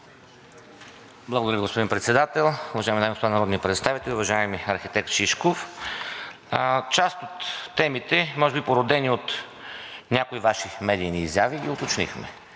Благодаря, господин Председател. Уважаеми дами и господа народни представители! Уважаеми архитект Шишков, част от темите – може би породени от някои Ваши медийни изяви, ги уточнихме.